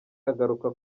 agaruka